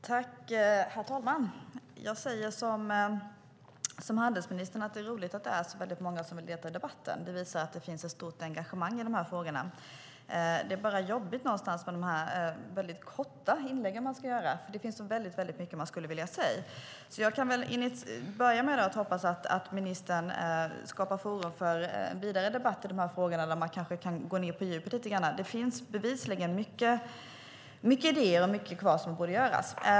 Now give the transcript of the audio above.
Herr talman! Jag säger som handelsministern: Det är roligt att det är så många som vill delta i debatten. Det visar att det finns ett stort engagemang i de här frågorna. Det är bara jobbigt med de väldigt korta inlägg som man kan göra. Det finns så mycket som man skulle vilja säga. Jag kan börja med att hoppas att ministern skapar forum för vidare debatt i de här frågorna där man kanske kan gå ned på djupet lite grann. Det finns bevisligen mycket idéer, och det finns mycket kvar som borde göras.